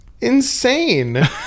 insane